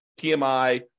PMI